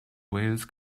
wales